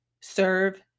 serve